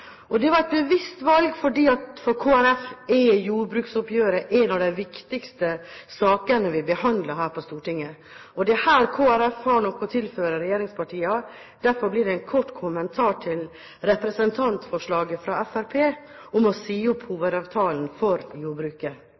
Det var et bevisst valg. For Kristelig Folkeparti er jordbruksoppgjøret en av de viktigste sakene vi behandler her på Stortinget, og det er her Kristelig Folkeparti har noe å tilføre regjeringspartiene. Derfor blir det en kort kommentar til representantforslaget fra Fremskrittspartiet om å si opp hovedavtalen for jordbruket.